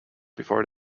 before